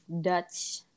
Dutch